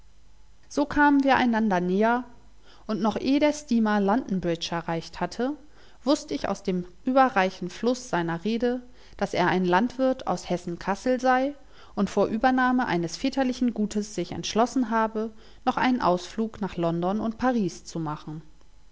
so kamen wir einander näher und noch eh der steamer londonbridge erreicht hatte wußt ich aus dem überreichen fluß seiner rede daß er ein landwirt aus hessen kassel sei und vor übernahme eines väterlichen gutes sich entschlossen habe noch einen ausflug nach london und paris zu machen